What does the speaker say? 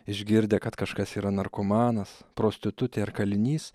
išgirdę kad kažkas yra narkomanas prostitutė ar kalinys